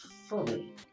fully